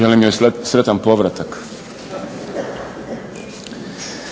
Želim joj sretan povratak.